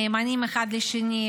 נאמנים אחד לשני,